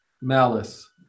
malice